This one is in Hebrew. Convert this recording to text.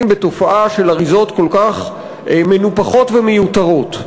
בתופעה של אריזות כל כך מנופחות ומיותרות.